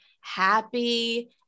happy